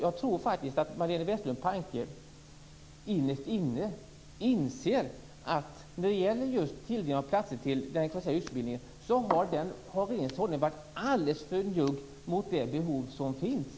Jag tror faktiskt att Majléne Westerlund Panke innerst inne inser att regeringens hållning när det gäller just tilldelning av platser till den kvalificerade yrkesutbildningen har varit alldeles för njugg i förhållande till det behov som finns.